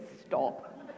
stop